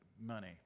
money